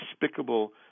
despicable